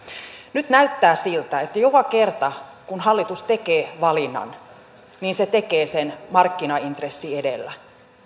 nyt näyttää siltä että joka kerta kun hallitus tekee valinnan se tekee sen markkinaintressi edellä